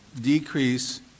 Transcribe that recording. decrease